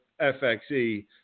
FXE